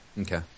Okay